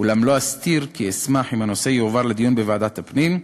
אולם לא אסתיר כי אשמח אם הנושא יועבר לדיון בוועדת הפנים.